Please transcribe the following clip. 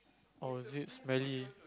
or is it smelly